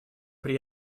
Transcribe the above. при